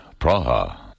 Praha